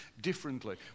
differently